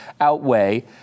outweigh